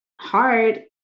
hard